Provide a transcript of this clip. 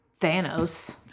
Thanos